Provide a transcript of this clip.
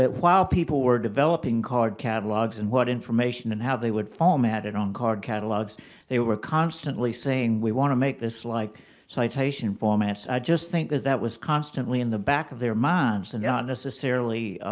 while people were developing card catalogs and what information and how they would format it on card catalogs they were constantly saying we want to make this like citation format. i just think that that was constantly in the back of their minds and not necessarily,